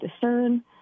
discern